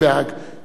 חבר הכנסת